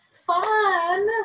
fun